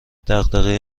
دغدغه